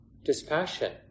dispassion